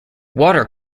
water